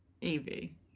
Evie